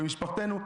במשפחתנו,